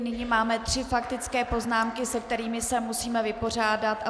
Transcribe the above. Nyní máme tři faktické poznámky, se kterými se musíme vypořádat.